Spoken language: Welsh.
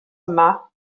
yma